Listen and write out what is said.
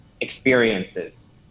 experiences